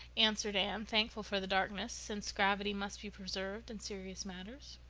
answered anne, thankful for the darkness, since gravity must be preserved in serious matters.